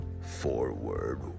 forward